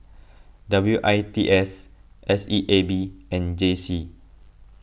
W I T S S E A B and J C